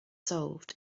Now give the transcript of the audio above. solved